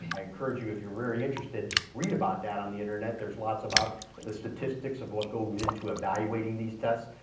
i encourage you if you're very interested read about that on the internet. there's lots about the statistics of what goes into evaluating these tests.